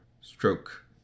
Stroke